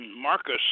Marcus